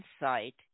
insight